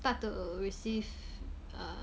start to receive uh